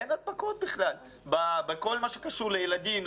אין הדבקות בכלל בכל מה שקשור לילדים,